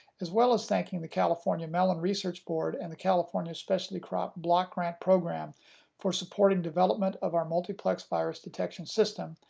as well as thanking the california melon research board and the california specialty crop block grant program for supporting development of our multiplex virus detection system,